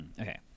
Okay